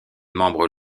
membres